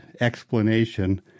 explanation